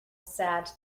sad